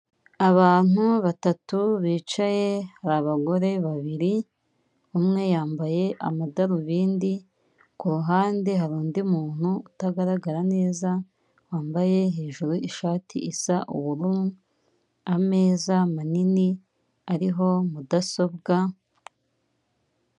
Abantu batatu bicaye hari abagore babiri, umwe yambaye amadarubindi, ku ruhande hari undi muntu utagaragara neza wambaye hejuru ishati isa ubururu, ameza manini ariho mudasobwa.